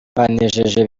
banejeje